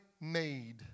made